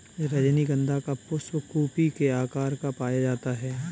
रजनीगंधा का पुष्प कुपी के आकार का पाया जाता है